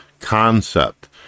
concept